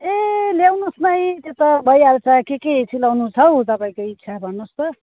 ए ल्याउनु होस् नै त्यो त भइहाल्छ के के सिलाउनु छ हौ तपाईँको इच्छा भन्नु होस् त